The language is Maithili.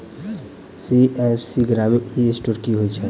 सी.एस.सी ग्रामीण ई स्टोर की होइ छै?